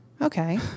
Okay